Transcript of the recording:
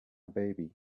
baby